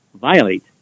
violate